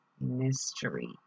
mystery